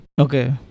Okay